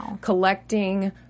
collecting